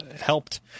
helped